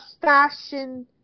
fashion